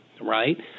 Right